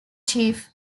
chief